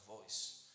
voice